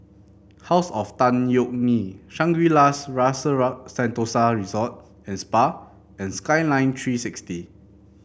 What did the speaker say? House of Tan Yeok Nee Shangri La's Rasa Sentosa Resort and Spa and Skyline Three sixty